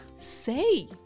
Say